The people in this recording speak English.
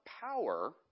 power